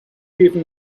even